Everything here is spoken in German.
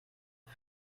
und